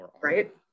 Right